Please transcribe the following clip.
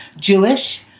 Jewish